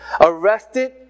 arrested